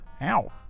Ow